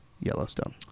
Yellowstone